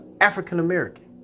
African-American